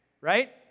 right